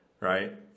right